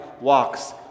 walks